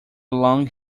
long